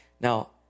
Now